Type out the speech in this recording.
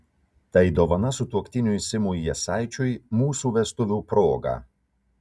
tai dovana sutuoktiniui simui jasaičiui mūsų vestuvių proga